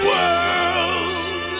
World